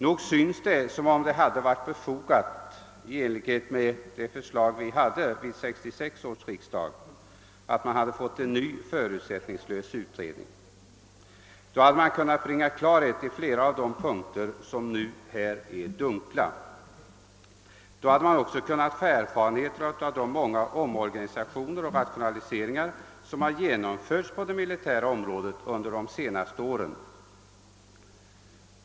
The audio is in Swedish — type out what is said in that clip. Nog synes det som om det, i enlighet med det förslag vi hade vid 1966 års riksdag, hade varit befogat att man hade fått en ny förutsättningslös utredning til stånd. Då hade man kunnat bringa klarhet i flera av de punkter som nu är dunkla. Då hade man också kunnat få erfarenheter av de många omorganisationer och rationaliseringar som har genomförts på det militära området under de senaste åren.